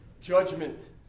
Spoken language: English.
Judgment